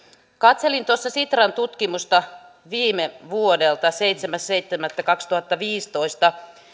katselin tuossa sitran tutkimusta viime vuodelta seitsemäs seitsemättä kaksituhattaviisitoista